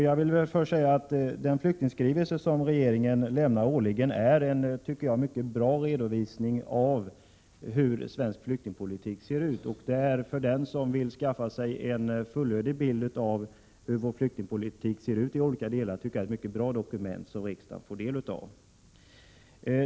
Jag vill först säga att den skrivelse som regeringen årligen lämnar till riksdagen är en mycket bra redovisning av hur svensk flyktingpolitik ser ut. För den som vill skaffå sig en fullödig bild av vår flyktingpolitik tycker jag att det är ett mycket bra dokument som riksdagen får del av.